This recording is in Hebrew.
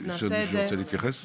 יש מישהו שרוצה להתייחס?